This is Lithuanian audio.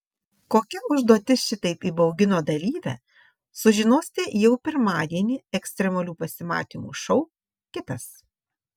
kokia užduotis šitaip įbaugino dalyvę sužinosite jau pirmadienį ekstremalių pasimatymų šou kitas